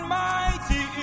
mighty